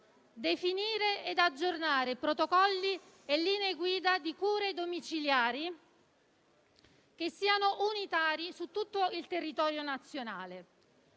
definire ed aggiornare protocolli e linee guida di cure domiciliari, che siano unitari su tutto il territorio nazionale;